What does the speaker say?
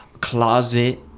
closet